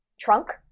trunk